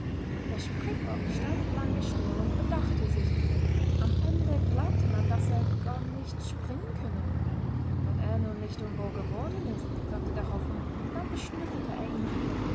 der springbock stand lange still und bedachte sich am ende glaubte man daß er gar nicht springen könne wenn er nur nicht unwohl geworden ist sagte der hofhund und dann beschnüffelte er ihn wieder